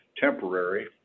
temporary